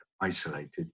isolated